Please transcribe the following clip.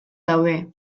daude